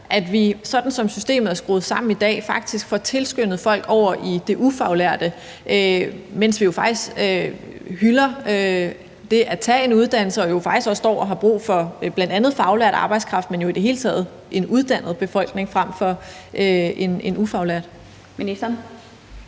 at vi, sådan som systemet er skruet sammen i dag, faktisk får tilskyndet folk til at søge over i det ufaglærte, mens vi jo faktisk hylder det at tage en uddannelse og jo faktisk også står og har brug for bl.a. faglært arbejdskraft, men jo i det hele taget en uddannet befolkning frem for en ufaglært. Kl.